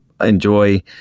enjoy